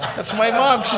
that's my mom,